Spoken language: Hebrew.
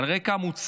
על רקע מוצא,